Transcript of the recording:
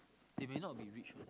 they may not be rich